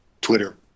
Twitter